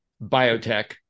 biotech